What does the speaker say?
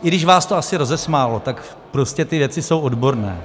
I když vás to asi rozesmálo, tak prostě ty věci jsou odborné.